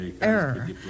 error